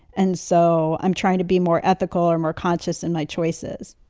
and so i'm trying to be more ethical or more conscious in my choices.